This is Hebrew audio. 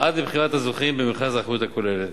עד לבחירת זוכים במכרז האחריות הכוללת.